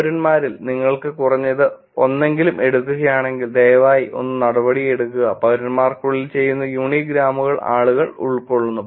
പൌരന്മാരിൽ നിങ്ങൾ കുറഞ്ഞത് ഒന്നെങ്കിലും എടുക്കുകയാണെങ്കിൽ ദയവായി ഒന്ന് നടപടിയെടുക്കുക പൌരന്മാർക്കുള്ളിൽ ചെയ്യുന്ന യൂണി ഗ്രാമുകൾ ആളുകൾ ഉൾക്കൊള്ളുന്നു